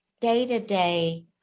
day-to-day